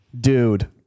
dude